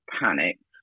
panicked